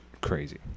crazy